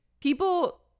people